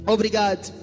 Obrigado